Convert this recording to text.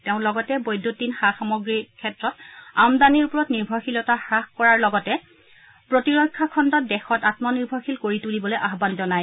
তেওঁ লগতে বৈদ্যুতিন সা সামগ্ৰীৰ ক্ষেত্ৰত আমদানিৰ ওপৰত নিৰ্ভৰশীলতা হাস কৰাৰ লগতে প্ৰতিৰক্ষা খণ্ডত দেশত আমনিৰ্ভৰশীল কৰি তলিবলৈ আহান জনায়